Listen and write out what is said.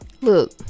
Look